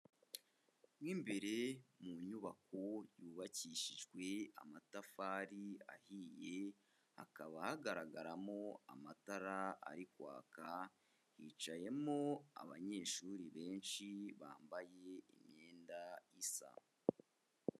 Mo imbere mu nyubako yubakishijwe amatafari ahiye, hakaba hagaragaramo amatara ari kwaka, hicayemo abanyeshuri benshi bambaye imyenda isa.